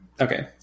Okay